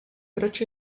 proč